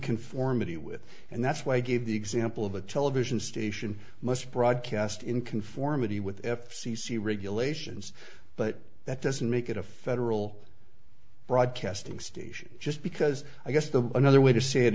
conformity with and that's why i gave the example of a television station must broadcast in conformity with f c c regulations but that doesn't make it a federal broadcasting station just because i guess the another way to say it